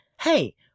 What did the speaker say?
hey